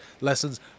lessons